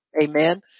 Amen